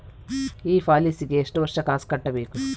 ಈ ಪಾಲಿಸಿಗೆ ಎಷ್ಟು ವರ್ಷ ಕಾಸ್ ಕಟ್ಟಬೇಕು?